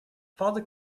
father